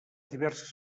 diverses